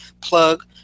plug